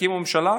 תקימו ממשלה,